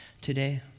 today